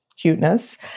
cuteness